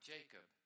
Jacob